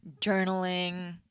journaling